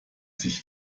sich